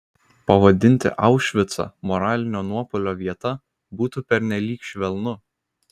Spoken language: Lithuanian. pavadinti aušvicą moralinio nuopuolio vieta būtų pernelyg švelnu